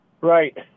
Right